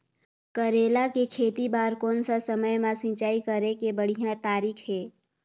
करेला के खेती बार कोन सा समय मां सिंचाई करे के बढ़िया तारीक हे?